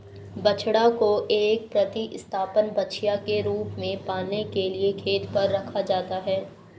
बछड़ा को एक प्रतिस्थापन बछिया के रूप में पालने के लिए खेत पर रखा जाता है